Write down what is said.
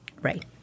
Right